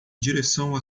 direção